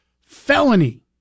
felony